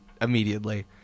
immediately